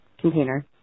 container